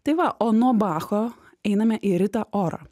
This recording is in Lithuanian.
tai va o nuo bacho einame į ritą orą